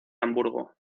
hamburgo